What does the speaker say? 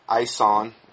ISON